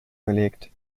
gelegt